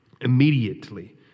Immediately